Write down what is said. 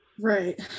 Right